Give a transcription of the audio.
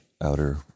outer